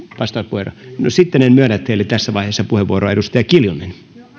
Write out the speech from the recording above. vastauspuheenvuoro no sitten en myönnä teille tässä vaiheessa puheenvuoroa edustaja kiljunen